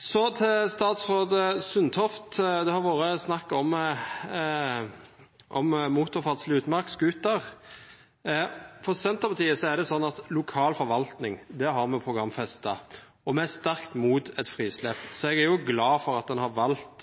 Så til statsråd Sundtoft: Det har vært snakk om motorferdsel i utmark med scooter. For Senterpartiet er det sånn at vi har programfestet lokal forvaltning, og vi er sterkt mot et frislipp. Jeg er glad for at man har valgt